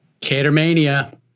Catermania